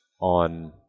on